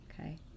Okay